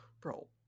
bro